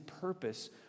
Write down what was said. purpose